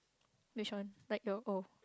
which one like your old